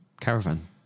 caravan